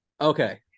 Okay